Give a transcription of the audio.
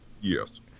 Yes